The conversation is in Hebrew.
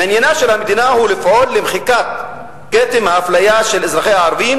מעניינה של המדינה הוא לפעול למחיקת כתם ההפליה של אזרחיה הערבים,